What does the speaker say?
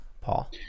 Paul